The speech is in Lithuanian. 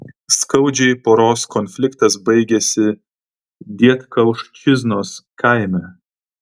skaudžiai poros konfliktas baigėsi dietkauščiznos kaime